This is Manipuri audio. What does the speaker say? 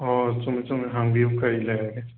ꯑꯣ ꯆꯨꯝꯃꯤ ꯆꯨꯝꯃꯤ ꯍꯪꯕꯤꯌꯨ ꯀꯩ ꯂꯩꯔꯒꯦ